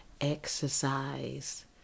exercise